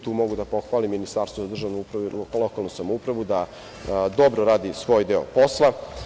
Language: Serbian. Tu mogu da pohvalim Ministarstvo za državnu upravu i lokalnu samoupravu da dobro radi svoj deo posla.